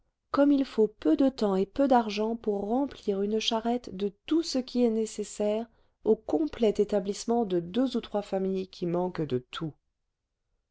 comme il faut peu de temps et peu d'argent pour remplir une charrette de tout ce qui est nécessaire au complet établissement de deux ou trois familles qui manquent de tout